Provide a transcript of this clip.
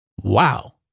Wow